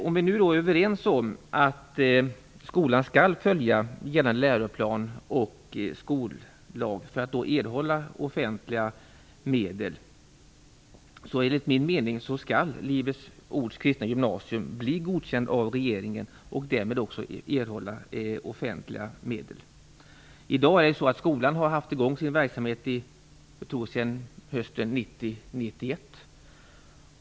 Om vi nu är överens om att skolan skall följa gällande läroplan och skollag för att erhålla offentliga medel, skall Livets Ords Kristna Gymnasium, enligt min mening, bli godkänd av regeringen och därmed också erhålla offentliga medel. Skolan har haft sin verksamhet i gång sedan hösten 1991.